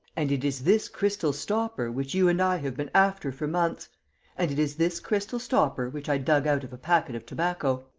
and it is this crystal stopper which you and i have been after for months and it is this crystal stopper which i dug out of a packet of tobacco.